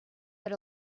that